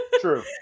true